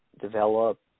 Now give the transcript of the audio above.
develop